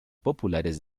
populares